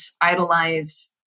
idolize